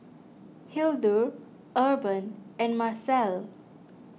Hildur Urban and Marcel